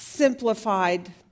Simplified